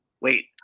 Wait